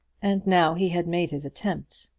and now he had made his attempt.